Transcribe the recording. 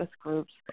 groups